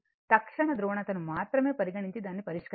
తక్షణ ధ్రువణతను మాత్రమే పరిగణించి దాన్ని పరిష్కరించండి